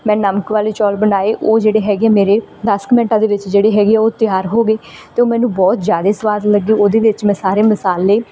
ਮੈਂ ਨਮਕ ਵਾਲੇ ਚੌਲ ਬਣਾਏ ਉਹ ਜਿਹੜੇ ਹੈਗੇ ਮੇਰੇ ਦਸ ਕੁ ਮਿੰਟਾਂ ਦੇ ਵਿੱਚ ਜਿਹੜੇ ਹੈਗੇ ਉਹ ਤਿਆਰ ਹੋ ਗਏ ਅਤੇ ਉਹ ਮੈਨੂੰ ਬਹੁਤ ਜ਼ਿਆਦਾ ਸੁਆਦ ਲੱਗੇ ਉਹਦੇ ਵਿੱਚ ਮੈਂ ਸਾਰੇ ਮਸਾਲੇ